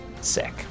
Sick